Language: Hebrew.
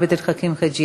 עבד אל חכים חאג'